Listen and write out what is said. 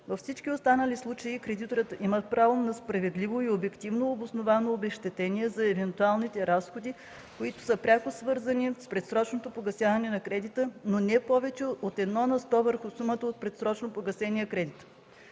Във всички останали случаи кредиторът има право на справедливо и обективно обосновано обезщетение за евентуалните разходи, които са пряко свързани с предсрочното погасяване на кредита, но не повече от едно на сто върху сумата на предсрочно погасения кредит.